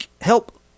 help